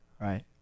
Right